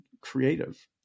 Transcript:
creative